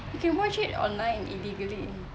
you can watch it online illegally